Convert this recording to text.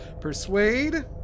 Persuade